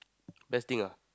testing ah